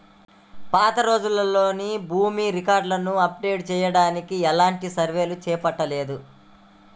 పాతరోజుల్లో భూమి రికార్డులను అప్డేట్ చెయ్యడానికి ఎలాంటి సర్వేలు చేపట్టలేదు